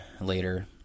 later